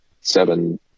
seven